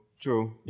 true